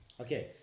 okay